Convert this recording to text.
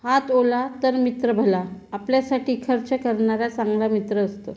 हात ओला तर मित्र भला आपल्यासाठी खर्च करणारा चांगला मित्र असतो